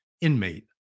inmate